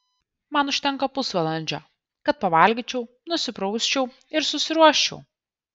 man užtenka pusvalandžio kad pavalgyčiau nusiprausčiau ir susiruoščiau